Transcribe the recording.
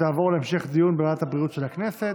ותעבור להמשך דיון בוועדת הבריאות של הכנסת.